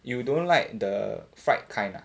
you don't like the fried kind lah